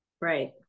Right